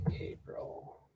April